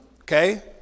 okay